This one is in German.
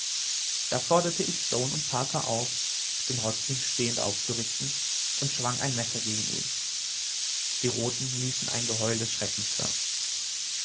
da forderte ich stone und parker auf den häuptling stehend aufzurichten und schwang ein messer drohend gegen ihn die roten ließen ein geheul des schreckens hören